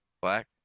black